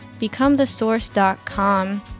becomethesource.com